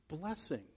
blessing